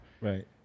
Right